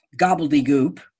gobbledygook